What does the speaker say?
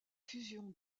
fusion